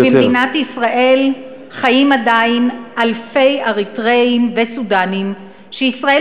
ובמדינת ישראל חיים עדיין אלפי אריתריאים וסודאנים שישראל